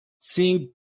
seeing